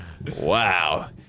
wow